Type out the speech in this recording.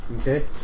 Okay